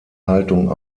haltung